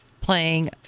Playing